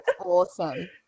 awesome